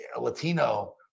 Latino